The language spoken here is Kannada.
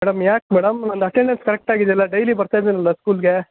ಮೇಡಮ್ ಯಾಕೆ ಮೇಡಮ್ ನಂದು ಅಟೆಂಡೆನ್ಸ್ ಕರೆಕ್ಟಾಗಿದೆಯಲ್ಲ ಡೈಲಿ ಬರ್ತಾ ಇದೀನಲ್ಲ ಸ್ಕೂಲಿಗೆ